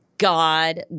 God